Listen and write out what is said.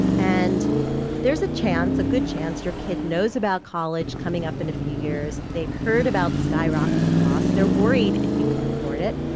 and there's a good chance your kid knows about college coming up in a few years. they've heard about skyrocketing costs. they're worried if you can afford it.